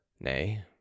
nay